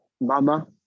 Mama